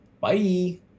bye